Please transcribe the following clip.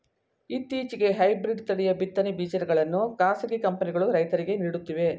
ಇತ್ತೀಚೆಗೆ ಹೈಬ್ರಿಡ್ ತಳಿಯ ಬಿತ್ತನೆ ಬೀಜಗಳನ್ನು ಖಾಸಗಿ ಕಂಪನಿಗಳು ರೈತರಿಗೆ ನೀಡುತ್ತಿವೆ